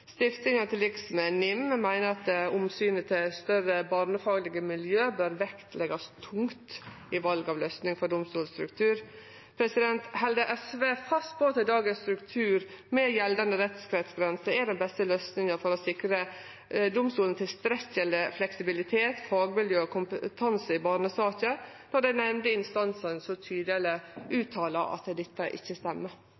Stiftinga, til liks med NIM, meiner at omsynet til større barnefaglege miljø bør vektleggjast tungt i val av løysing for domstolstruktur. Held SV fast på at dagens struktur, med gjeldande rettskretsgrenser, er den beste løysinga for å sikre domstolane tilstrekkeleg fleksibilitet, fagmiljø og kompetanse i barnesaker, når dei endelege instansane så tydeleg